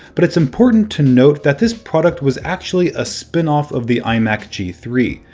but it's important to note that this product was actually a spinoff of the imac g three.